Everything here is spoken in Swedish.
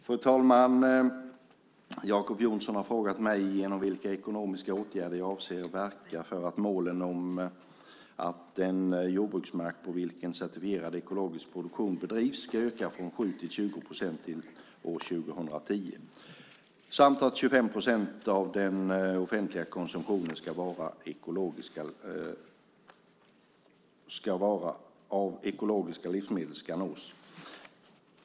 Fru talman! Jacob Johnson har frågat mig genom vilka ekonomiska åtgärder jag avser att verka för att den jordbruksmark på vilken certifierad ekologisk produktion bedrivs ska öka från 7 till 20 procent till år 2010 samt att 25 procent av den offentliga konsumtionen ska utgöras av ekologiska livsmedel.